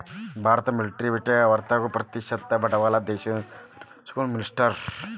ಭಾರತದ ಮಿಲಿಟರಿ ಬಜೆಟ್ನ್ಯಾಗ ಅರವತ್ತ್ನಾಕ ಪ್ರತಿಶತದಷ್ಟ ಬಂಡವಾಳವನ್ನ ದೇಶೇಯವಾಗಿ ಸ್ವಾಧೇನಪಡಿಸಿಕೊಳ್ಳಕ ಮೇಸಲಿಟ್ಟರ